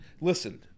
Listen